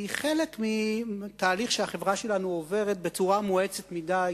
הן חלק מתהליך שהחברה שלנו עוברת בצורה מואצת מדי